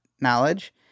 knowledge